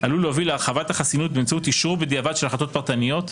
עלול להוביל להרחבת החסינות באמצעות אשרור בדיעבד של החלטות פרטניות,